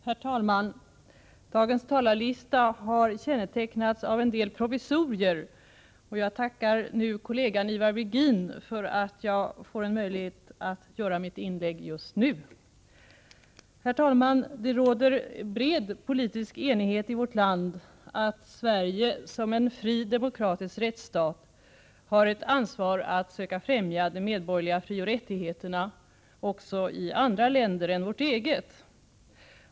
Herr talman! Dagens talarlista har kännetecknats av en del provisorier, och jag tackar kollegan Ivar Virgin för att jag får möjlighet att göra mitt inlägg just nu. Det råder bred politisk enighet i vårt land om att Sverige som en fri demokratisk rättsstat har ett ansvar för att söka främja de medborgerliga frioch rättigheterna också i andra länder än vårt eget.